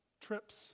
trips